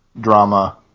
drama